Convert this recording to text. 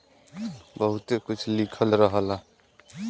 बहुते कुछ लिखल रहला